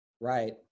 Right